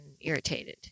irritated